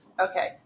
Okay